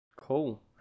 Cool